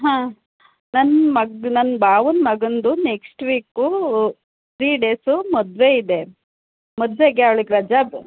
ಹಾಂ ನನ್ನ ಮಗ ನನ್ನ ಭಾವನ್ ಮಗಂದು ನೆಕ್ಸ್ಟ್ ವೀಕೂ ತ್ರೀ ಡೇಸು ಮದುವೆ ಇದೆ ಮದುವೆಗೆ ಅವ್ಳಿಗೆ ರಜಾ